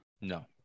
No